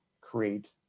create